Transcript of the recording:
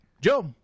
Joe